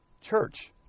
church